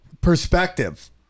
perspective